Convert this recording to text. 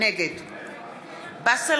נגד באסל